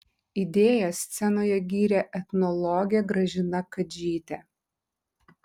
idėją scenoje gyrė etnologė gražina kadžytė